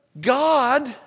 God